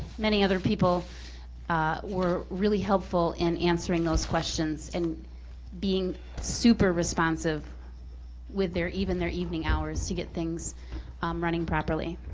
many other people were really helpful in answering those questions and being super responsive with even their evening hours to get things um running properly.